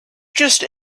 just